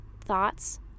Thoughts